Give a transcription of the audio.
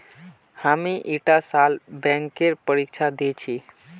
हामी ईटा साल बैंकेर परीक्षा दी छि